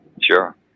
Sure